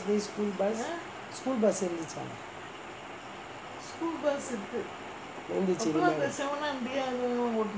school bus இருந்துச்சா இருந்துச்சு முன்னையே:irunthucha irunthuchu munnaiyae